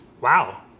wow